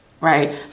right